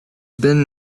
been